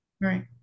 Right